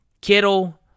Kittle